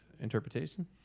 interpretation